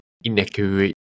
inaccurate